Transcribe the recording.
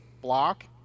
block